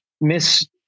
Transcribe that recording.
miss